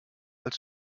als